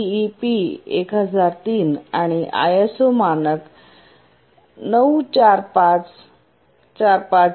IEEP 1003 आणि ISO मानक 94545 इ